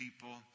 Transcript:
people